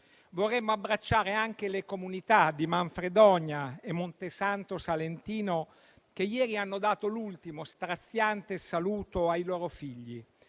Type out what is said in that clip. Vorremmo abbracciare anche le comunità di Manfredonia e Montesanto Salentino che ieri hanno dato l'ultimo straziante saluto ai loro figli.